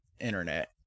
Internet